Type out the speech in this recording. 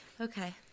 Okay